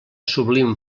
sublim